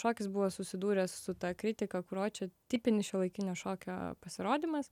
šokis buvo susidūręs su ta kritika kur o čia tipinis šiuolaikinio šokio pasirodymas